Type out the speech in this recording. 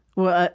well,